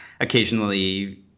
occasionally